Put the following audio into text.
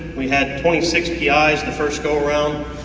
we had plenty sixty eyes the first go round,